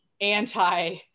anti